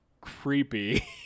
creepy